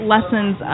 Lessons